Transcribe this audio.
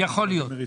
יכול להיות.